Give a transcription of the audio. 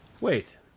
Wait